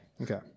Okay